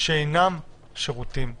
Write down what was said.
שאינם שירותים חיוניים.